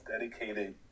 dedicated